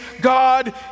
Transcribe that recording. God